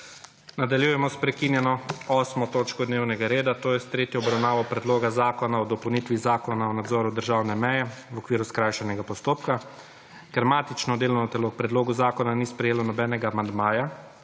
**Nadaljujemo s prekinjeno 8. točko dnevnega reda – tretja obravnava Predloga zakona o dopolnitvi Zakona o nadzoru državne meje, v okviru skrajšanega postopka.** Ker matično delovno telo k predlogu zakona ni sprejelo nobenega amandmaja